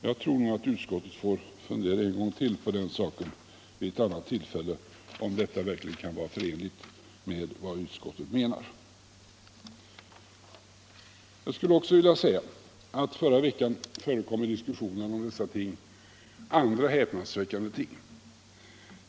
Jag tror att utskottet vid ett annat tillfälle får fundera en gång till på om detta verkligen kan vara förenligt med vad utskottet menar. Förra veckan förekom en annan häpnadsväckande diskussion.